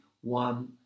one